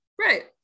right